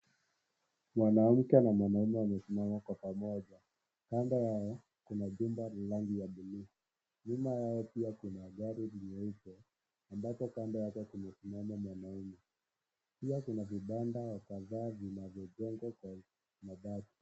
Mwananmke na mwanaume wamesimama kwa pamoja kando yao kuna jumba la rangi ya buluu nyuma yao pia kuna gari nyeupe ambayo kando yake kumesimama mwanaume pia kuna vibanda kadhaa vinavyojengwa kwa mabati.